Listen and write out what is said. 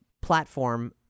platform